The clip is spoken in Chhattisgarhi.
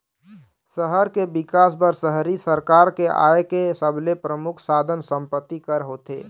सहर के बिकास बर शहरी सरकार के आय के सबले परमुख साधन संपत्ति कर होथे